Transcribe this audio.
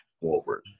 forward